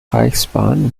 reichsbahn